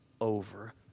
over